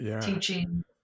teaching